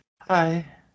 Hi